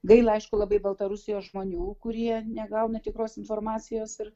gaila aišku labai baltarusijos žmonių kurie negauna tikros informacijos ir